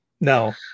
No